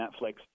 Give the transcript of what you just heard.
Netflix